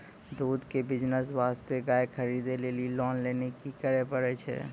दूध के बिज़नेस वास्ते गाय खरीदे लेली लोन लेली की करे पड़ै छै?